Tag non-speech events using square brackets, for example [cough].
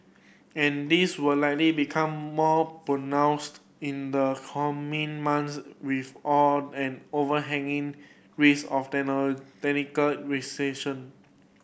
and this will likely become more pronounced in the coming months with all an overhanging risk of [unintelligible] recession